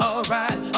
Alright